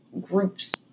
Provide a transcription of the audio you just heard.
groups